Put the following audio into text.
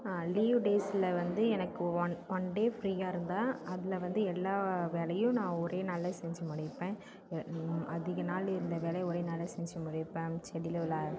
leave டேஸ்சில் வந்து எனக்கு ஒன் ஒன் டே ஃப்ரீயாக இருந்தால் அதில் வந்து எல்லா வேலையும் நான் ஒரே நாளில் செஞ்சு முடிப்பேன் அதிக நாள் இருந்த வேலையை ஒரே நாளில் செஞ்சு முடிப்பேன் செடியில் உள்ளே